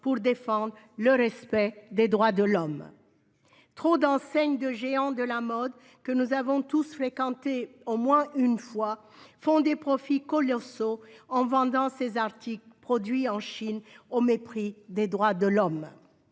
pour défendre le respect des droits de l'homme. Trop d'enseignes de géants de la mode que nous avons tous fréquentées au moins une fois font des profits colossaux en vendant ces articles produits en Chine au mépris des droits de l'homme.